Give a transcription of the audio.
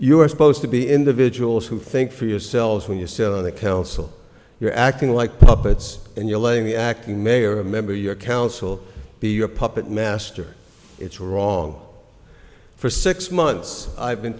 you are supposed to be individuals who think for yourselves when you sit on the council you're acting like puppets and you're laying the acting mayor or member your council be your puppet master it's wrong for six months i've been